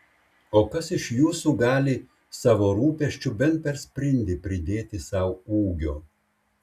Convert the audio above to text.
o kas iš jūsų gali savo rūpesčiu bent per sprindį pridėti sau ūgio